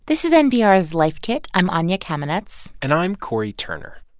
this is npr's life kit. i'm anya kamenetz and i'm cory turner.